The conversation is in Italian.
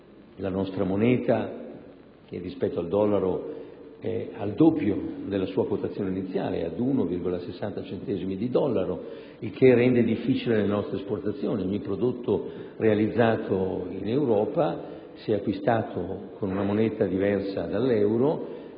La nostra moneta, rispetto al dollaro, è al doppio della sua quotazione iniziale, cioè ad 1,60 centesimi di dollaro, il che rende difficili le nostre esportazioni. Ogni prodotto realizzato in Europa, se è acquistato con una moneta diversa dall'euro,